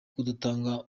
kudatanga